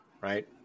right